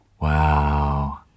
Wow